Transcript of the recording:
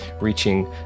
reaching